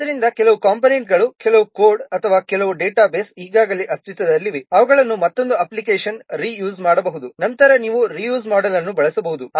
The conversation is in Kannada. ಆದ್ದರಿಂದ ಕೆಲವು ಕಂಪೋನೆಂಟ್ಗಳು ಕೆಲವು ಕೋಡ್ ಅಥವಾ ಕೆಲವು ಡೇಟಾಬೇಸ್ ಈಗಾಗಲೇ ಅಸ್ತಿತ್ವದಲ್ಲಿವೆ ಅವುಗಳನ್ನು ಮತ್ತೊಂದು ಅಪ್ಲಿಕೇಶನ್ನಲ್ಲಿ ರೀ ಯೂಸ್ ಮಾಡಬಹುದು ನಂತರ ನೀವು ರೀ ಯೂಸ್ ಮೋಡೆಲ್ ಅನ್ನು ಬಳಸಬಹುದು